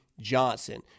Johnson